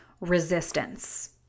resistance